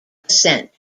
ascent